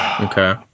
Okay